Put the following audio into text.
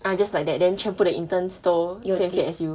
ah just like that then 全部 the interns 都 same faith as you